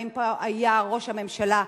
ואם פה היה ראש הממשלה,